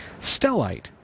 Stellite